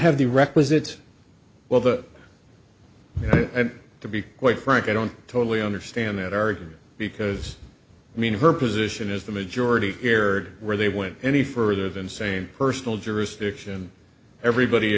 have the requisite well that to be quite frank i don't totally understand that argue because i mean her position is the majority erred where they went any further than say personal jurisdiction everybody